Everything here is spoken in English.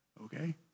Okay